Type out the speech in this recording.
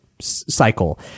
cycle